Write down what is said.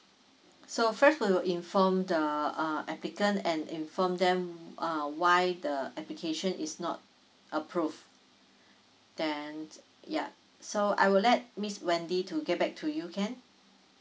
so first we will inform the uh applicant and inform them uh why the application is not approved then ya so I will let miss wendy to get back to you can